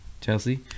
Chelsea